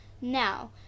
Now